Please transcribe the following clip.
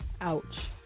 Ouch